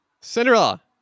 Cinderella